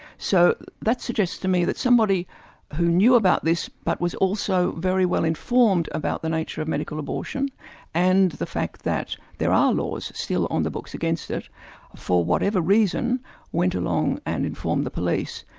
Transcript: so that suggests to me that somebody who knew about this, but was also very well informed about the nature of medical abortion and the fact that there are laws still on the books against it for whatever reason went along and informed the police.